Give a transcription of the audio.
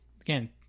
Again